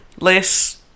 less